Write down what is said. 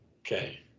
okay